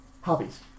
hobbies